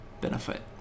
benefit